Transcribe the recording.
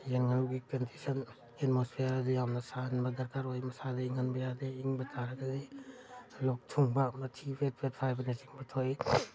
ꯌꯦꯟ ꯉꯥꯅꯨꯒꯤ condition atmosphere ꯑꯗꯨ ꯌꯥꯝꯅ ꯁꯥꯍꯟꯕ ꯗꯔꯀꯥꯔ ꯑꯣꯏ ꯃꯁꯥꯗ ꯏꯪꯍꯟꯕ ꯌꯥꯗꯦ ꯏꯪꯕ ꯇꯥꯔꯒꯗꯤ ꯂꯣꯛꯊꯨꯡꯕ ꯃꯊꯤ ꯄꯦꯠ ꯄꯦꯠ ꯐꯥꯏꯕꯅꯆꯤꯡꯕ ꯊꯣꯛꯏ